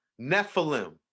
Nephilim